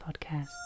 podcast